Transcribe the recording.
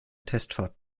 testfahrt